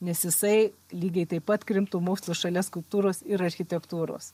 nes jisai lygiai taip pat krimto mokslus šalia skulptūros ir architektūros